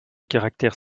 caractère